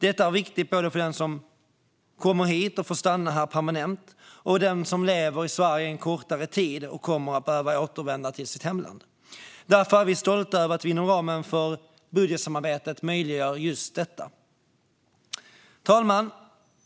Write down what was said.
Detta är viktigt både för den som kommer hit och får stanna här permanent och för den som lever i Sverige en kortare tid och kommer att behöva återvända till sitt hemland. Därför är vi stolta över att vi inom ramen för budgetsamarbetet möjliggör just detta. Fru talman!